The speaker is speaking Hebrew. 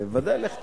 לך תדע.